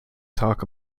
talk